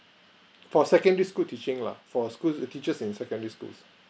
for secondary school teaching lah for school teachers in secondary school